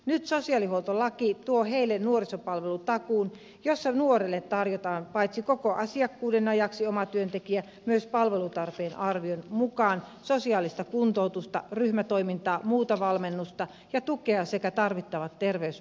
nyt sosiaalihuoltolaki tuo heille nuorisopalvelutakuun jossa nuorille tarjotaan paitsi koko asiakkuuden ajaksi omatyöntekijä myös palvelutarpeen arvion mukaan sosiaalista kuntoutusta ryhmätoimintaa muuta valmennusta ja tukea sekä tarvittavat terveyspalvelut